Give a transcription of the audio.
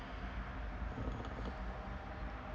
uh